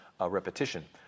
repetition